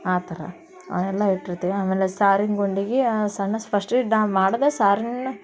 ಆ ಥರ ಅವನ್ನೆಲ್ಲ ಇಟ್ಟಿರ್ತೀವಿ ಆಮೇಲೆ ಸಾರಿನ ಗುಂಡಿಗೆ ಆ ಸಣ್ಣ ಸ್ ಫಸ್ಟ್ರಿಡ್ ನಾನು ಮಾಡುವುದೆ ಸಾರಿನ